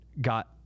got